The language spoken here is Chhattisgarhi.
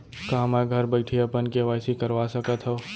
का मैं घर बइठे अपन के.वाई.सी करवा सकत हव?